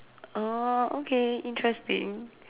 oh okay interesting